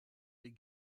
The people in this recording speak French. est